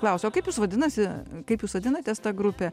klausė o kaip jūs vadinasi kaip jūs vadinatės ta grupė